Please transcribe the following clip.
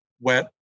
wet